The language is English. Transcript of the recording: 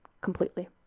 completely